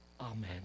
Amen